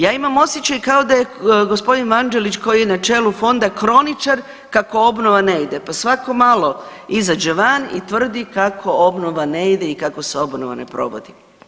Ja imam osjećaj kao da je g. Vanđelić koji je na čelu fonda kroničar kako obnova ne ide, pa svako malo izađe van i tvrdi kako obnova ne ide i kako se obnova ne provodi.